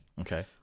Okay